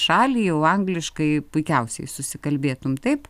šalį o angliškai puikiausiai susikalbėtum taip